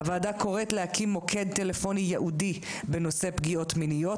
הוועדה קוראת להקים מוקד טלפוני ייעודי בנושא פגיעות מיניות